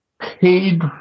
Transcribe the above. paid